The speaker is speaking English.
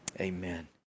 Amen